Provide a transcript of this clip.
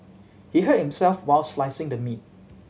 he hurt himself while slicing the meat